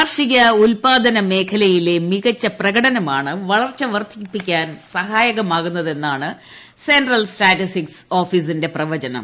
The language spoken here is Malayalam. കൃഷി ഉൽപ്പാദന മേഖലയിലെ മികച്ച പ്രകടനമാണ് വളർച്ച വർദ്ധിപ്പിക്കാൻ സഹായകമാകുന്നതെന്നാണ് സെൻട്രൽ സ്റ്റാറ്റിസ്റ്റിക്സ് ഓഫീസിന്റെ പ്രവചനം